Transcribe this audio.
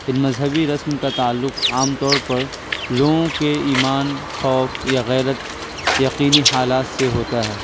ان مذہبی رسم کا تعلق عام طور پر لوگوں کے ایمان خوف یا غیرت یقینی حالات سے ہوتا ہے